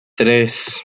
tres